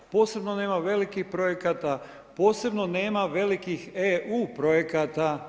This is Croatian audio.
Posebno nema velikih projekata, posebno nema velikih EU projekata.